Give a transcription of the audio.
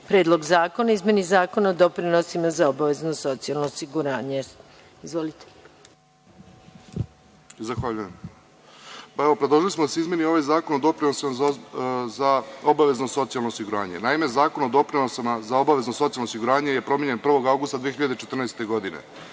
Predlog zakona o izmeni Zakona o doprinosima za obavezno socijalno osiguranje. Izvolite. **Zdravko Stanković** Zahvaljujem. Predložili smo da se izmeni ovaj Zakon o doprinosima za obavezno socijalno osiguranje. Naime, Zakon o doprinosima za obavezno socijalno osiguranje je promenjen 1. avgusta 2014. godine.